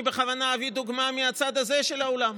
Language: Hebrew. אני בכוונה אביא דוגמה מהצד הזה של האולם,